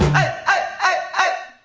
i